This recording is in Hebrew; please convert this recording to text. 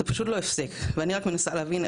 זה פשוט לא הפסיק ואני רק מנסה איך להבין,